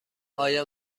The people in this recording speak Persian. آیا